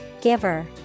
Giver